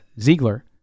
Ziegler